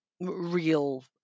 real